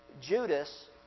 Judas